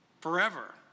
forever